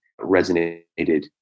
resonated